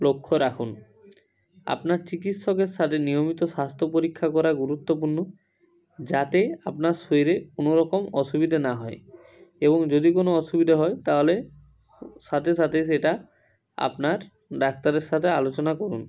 লক্ষ্য রাখুন আপনার চিকিৎসকের সাথে নিয়মিত স্বাস্থ্য পরীক্ষা করা গুরুত্বপূর্ণ যাতে আপনার শরীরে কোনো রকম অসুবিধে না হয় এবং যদি কোনো অসুবিধা হয় তাহলে সাথে সাথে সেটা আপনার ডাক্তারের সাথে আলোচনা করুন